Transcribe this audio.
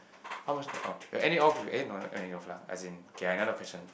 how much time orh uh we are ending off with eh no not ending off lah as in okay another question